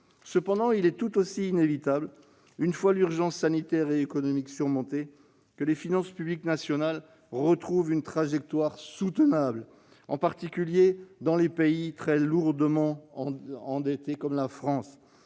Cependant, il est tout aussi inévitable, une fois l'urgence sanitaire et économique surmontée, que les finances publiques nationales retrouvent une trajectoire soutenable, en particulier dans les pays très lourdement endettés comme la France.